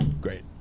Great